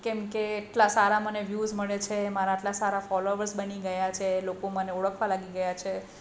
કેમ કે એટલા સારા મને વ્યુઝ મળે છે આટલા સારા ફોલોવર્સ બની ગયા છે લોકો મને ઓળખવા લાગી ગયા છે